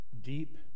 Deep